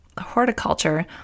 horticulture